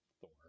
Thor